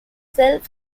self